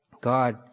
God